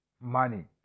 money